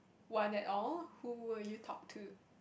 one at all who would you talk to